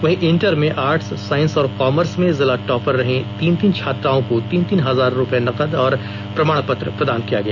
वहीं इंटर में arts science और कॉमर्स में जिला टॉपर रहीं तीन तीन छात्राओं को तीन तीन हजार नकद और प्रमाण पत्र प्रदान किया गया